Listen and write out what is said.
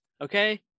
okay